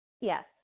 Yes